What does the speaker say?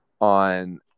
on